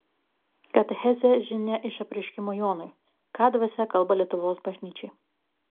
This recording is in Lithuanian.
katechezė žinia iš apreiškimo jonui ką dvasia kalba lietuvos bažnyčiai